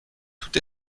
tout